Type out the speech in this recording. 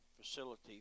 facility